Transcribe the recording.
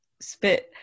spit